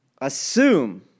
assume